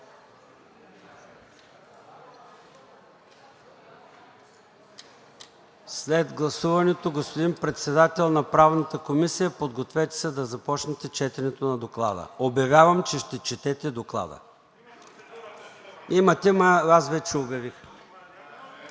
След гласуването, господин Председател на Правната комисия, подгответе се да започнете четенето на Доклада. Обявявам, че ще четете Доклада. НАСТИМИР АНАНИЕВ